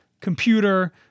computer